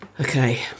okay